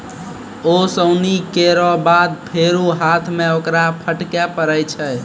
ओसौनी केरो बाद फेरु हाथ सें ओकरा फटके परै छै